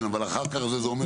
אבל אחר כך זה אומר.